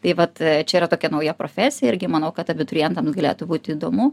tai vat čia yra tokia nauja profesija irgi manau kad abiturientam galėtų būt įdomu